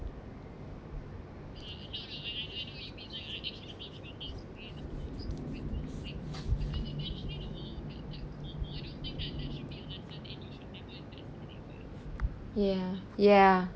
ya ya